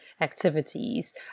activities